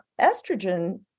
estrogen